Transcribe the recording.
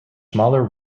smaller